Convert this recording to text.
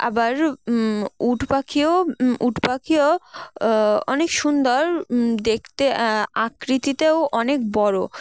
আবার উট পাখিও উঠ পাখিও অনেক সুন্দর দেখতে আকৃতিতেও অনেক বড়ো